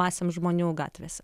masėms žmonių gatvėse